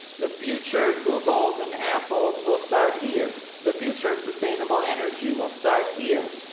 the future googles and apples will start here. the future of sustainable energy will start here.